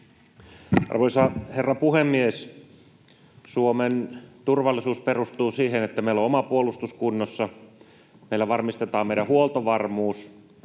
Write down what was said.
Arvoisa herra puhemies! Suomen turvallisuus perustuu siihen, että meillä on oma puolustus kunnossa, meillä varmistetaan meidän huoltovarmuus,